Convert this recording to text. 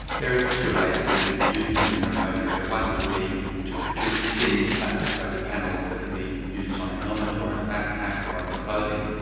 there are two ways to use them in a remote area. one would be to produce thin plastic coated panels that can be used on a helmet or in a backpack or on the clothing,